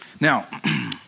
Now